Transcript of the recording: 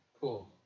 Cool